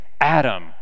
Adam